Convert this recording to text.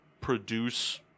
produce